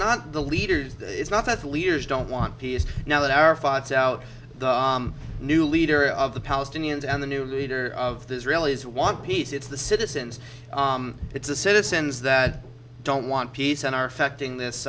not the leaders it's not that leaders don't want peace now that arafat's out the new leader of the palestinians and the new leader of the israelis want peace it's the citizens it's the citizens that don't want peace and are affecting this